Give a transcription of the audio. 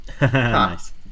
Nice